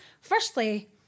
firstly